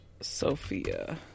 Sophia